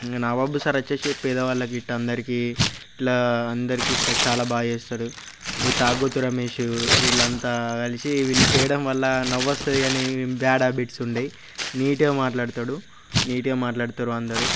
ఇంకా నాగబాబు సార్ వచ్చేసి పేద వాళ్ళకిలా అందరికి ఇట్లా అందరికి ఇలా చాలా బా చేస్తారు ఈ తాగుబోతు రమేషు వీళ్ళంతా కలిసి వీళ్ళు చేయడం వల్ల నవ్వు వస్తుంది కానీ బ్యాడ్ హ్యాబిట్స్ ఉండవు నీట్గా మాట్లాడతాడు నీట్గా మాట్లాడుతారు అందరు